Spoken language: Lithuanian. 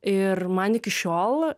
ir man iki šiol